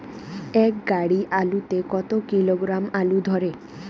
এক গাড়ি আলু তে কত কিলোগ্রাম আলু ধরে?